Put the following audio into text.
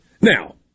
Now